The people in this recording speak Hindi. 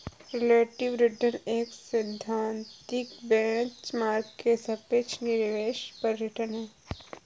रिलेटिव रिटर्न एक सैद्धांतिक बेंच मार्क के सापेक्ष निवेश पर रिटर्न है